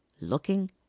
looking